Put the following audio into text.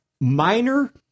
Minor